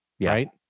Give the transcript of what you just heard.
Right